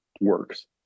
works